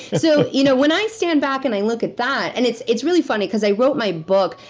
so, you know when i stand back and i look at that. and it's it's really funny because i wrote my book.